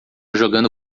jogando